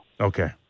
Okay